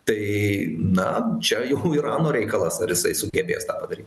tai na čia jau irano reikalas ar jisai sugebės tą padaryt